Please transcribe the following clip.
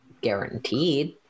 Guaranteed